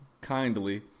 kindly